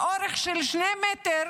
באורך של שני מטר,